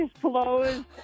closed